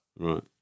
Right